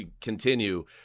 continue